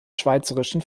schweizerischen